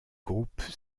groupe